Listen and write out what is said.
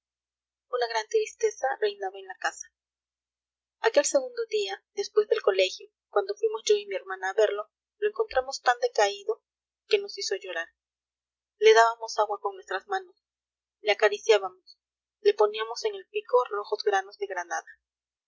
una gran tristeza reinaba en la casa aquel segundo día después del colegio cuando fuimos yo y mi hermana a verlo lo encontramos tan decaído que nos hizo llorar le dábamos agua con nuestras manos le acariciábamos le poníamos en el pico rojos granos de granada